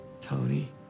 Tony